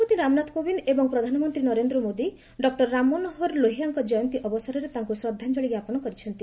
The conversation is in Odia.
ରାଷ୍ଟ୍ରପତି ରାମନାଥ କୋବିନ୍ଦ୍ ଏବଂ ପ୍ରଧାନମନ୍ତ୍ରୀ ନରେନ୍ଦ୍ର ମୋଦି ଡକୁର ରାମ ମନୋହର ଲୋହିଆଙ୍କ ଜୟନ୍ତୀ ଅବସରରେ ତାଙ୍କୁ ଶ୍ରଦ୍ଧାଞ୍ଚଳି ଅର୍ପଣ କରିଛନ୍ତି